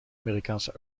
amerikaanse